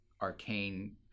arcane